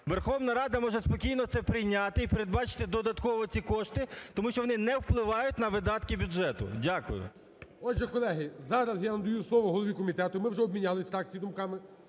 Верховна Рада може це спокійно прийняти і передбачити додатково ці кошти, тому що вони не впливають на видатки бюджету. Дякую. ГОЛОВУЮЧИЙ. Отже, колеги, зараз я надаю слово голові комітету, ми вже обмінялись, фракції, думками,